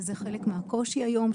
שזה חלק מהקושי היום,